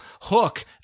Hook